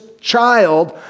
child